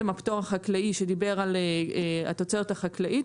הפטור החקלאי שדיבר על התוצרת החקלאית,